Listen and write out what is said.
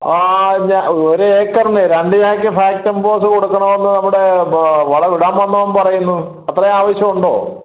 ഞാൻ ഒരു ഏക്കറിന് രണ്ട് ചാക്ക് ഫാക്ടംഫോസ് കൊടുക്കണമെന്ന് നമ്മുടെ വളം ഇടാൻ വന്നവൻ പറയുന്നു അത്രയും ആവശ്യമുണ്ടോ